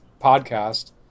podcast